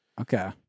Okay